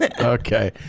okay